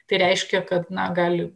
tai reiškia kad na gali